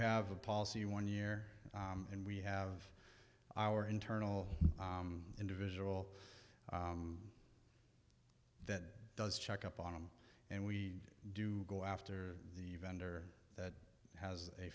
have a policy one year and we have our internal individual that does check up on him and we do go after the vendor that has a